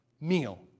meal